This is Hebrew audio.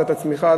תת-הצמיחה,